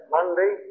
Monday